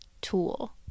tool